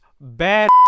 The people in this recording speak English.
bad